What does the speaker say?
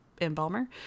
embalmer